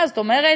מה זאת אומרת?